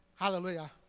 Hallelujah